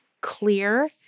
clear